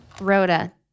Rhoda